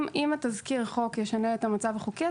אם תזכיר החוק ישנה את המצב החוקי,